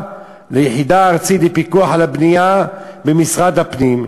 מהיחידה הארצית לפיקוח על הבנייה במשרד הפנים,